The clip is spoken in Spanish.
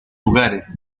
lugares